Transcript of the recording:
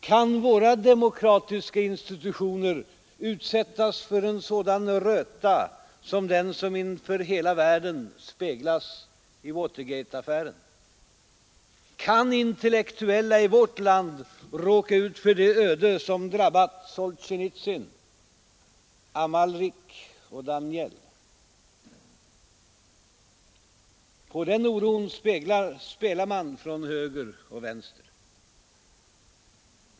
Kan våra demokratiska institutioner utsättas för en sådan röta som den som inför hela världen speglats i Watergateaffären? Kan intellektuella i vårt land råka ut för det öde som drabbat Solzjenitsyn, Amalrik och Daniel? På den oron spelar man från höger och vänster.